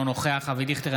אינו נוכח אבי דיכטר,